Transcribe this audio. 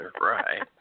Right